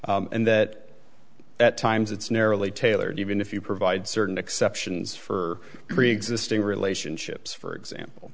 and that at times it's narrowly tailored even if you provide certain exceptions for preexisting relationships for example